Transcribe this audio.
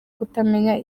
kutamenya